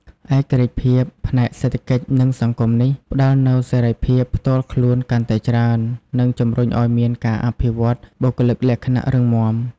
ឯករាជ្យភាពផ្នែកសេដ្ឋកិច្ច និងសង្គមនេះ ផ្ដល់នូវសេរីភាពផ្ទាល់ខ្លួនកាន់តែច្រើន និងជំរុញឱ្យមានការអភិវឌ្ឍបុគ្គលិកលក្ខណៈរឹងមាំ។